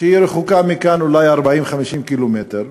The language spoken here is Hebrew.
שהיא רחוקה מכאן אולי 40 50 קילומטר,